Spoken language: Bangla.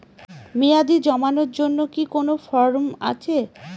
মেয়াদী জমানোর জন্য কি কোন ফর্ম আছে?